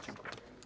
Dziękuję.